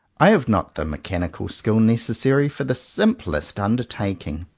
i have not the mechanical skill necessary for the simplest undertaking.